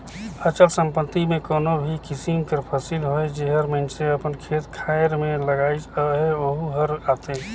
अचल संपत्ति में कोनो भी किसिम कर फसिल होए जेहर मइनसे अपन खेत खाएर में लगाइस अहे वहूँ हर आथे